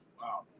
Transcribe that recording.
wow